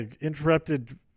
interrupted